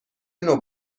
نوع